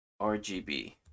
RGB